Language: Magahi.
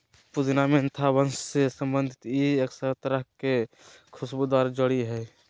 पुदीना मेंथा वंश से संबंधित ई एक तरह के खुशबूदार जड़ी हइ